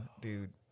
dude